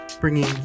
bringing